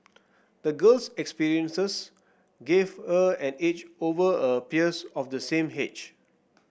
the girl's experiences gave her an edge over her peers of the same age